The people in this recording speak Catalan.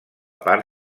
part